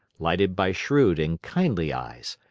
lighted by shrewd and kindly eyes,